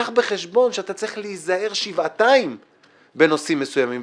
קח בחשבון שאתה צריך להיזהר שבעתיים בנושאים מסוימים?